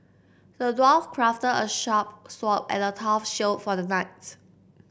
the dwarf crafted a sharp sword and a tough shield for the knights